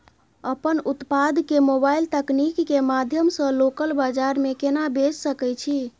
अपन उत्पाद के मोबाइल तकनीक के माध्यम से लोकल बाजार में केना बेच सकै छी?